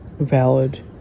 valid